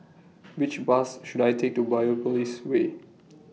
Which Bus should I Take to Biopolis Way